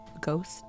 ghost